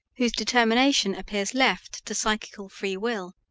whose determination appears left to psychical free-will.